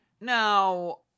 Now